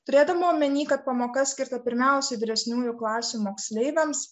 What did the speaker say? turėdama omene kad pamoka skirta pirmiausia vyresniųjų klasių moksleiviams